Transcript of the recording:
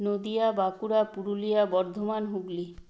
Nadia Bankura Purulia Bardhaman Hooghly